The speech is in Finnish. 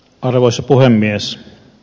arvoisa puhemies